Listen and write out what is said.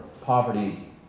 poverty